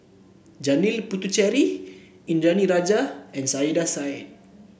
Janil Puthucheary Indranee Rajah and Saiedah Said